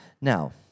Now